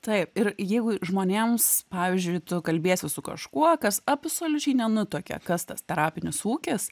taip ir jeigu žmonėms pavyzdžiui tu kalbiesi su kažkuo kas absoliučiai nenutuokia kas tas terapinis ūkis